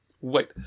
Wait